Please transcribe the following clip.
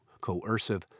coercive